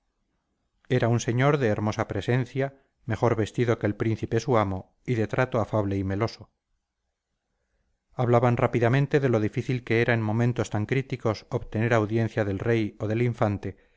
era un señor de hermosa presencia mejor vestido que el príncipe su amo y de trato afable y meloso hablaban rápidamente de lo difícil que era en momentos tan críticos obtener audiencia del rey o del infante